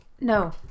No